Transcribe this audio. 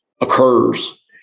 occurs